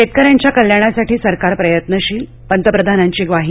शेतकऱ्यांच्या कल्याणासाठी सरकार प्रयत्नशील पंतप्रधानांची ग्वाही